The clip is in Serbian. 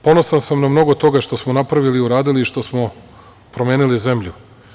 Ponosan sam na mnogo toga što smo napravili, uradili, što smo promenili zemlju.